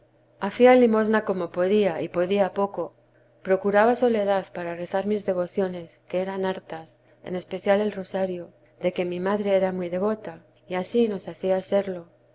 hacía limosna como podía y podía poco procuraba soledad para rezar mis devociones que eran hartas en especial el rosario de que mi madre era muy devota y ansí nos hacía serlo